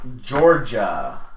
Georgia